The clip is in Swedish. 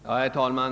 Herr talman!